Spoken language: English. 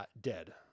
.dead